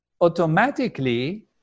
automatically